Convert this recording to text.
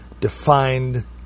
defined